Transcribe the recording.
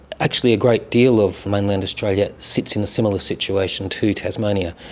actually a great deal of mainland australia sits in a similar situation to tasmania.